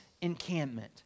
encampment